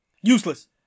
useless